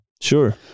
Sure